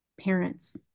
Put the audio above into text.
parents